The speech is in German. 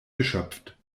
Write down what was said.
geschöpft